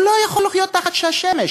הוא לא יכול לחיות תחת השמש.